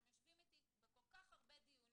אתם יושבים איתי בכל כך הרבה דיונים,